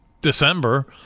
December